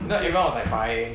then everyone was like buying